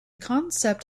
concept